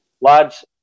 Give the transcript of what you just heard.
Lads